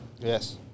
Yes